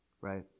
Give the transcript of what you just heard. Right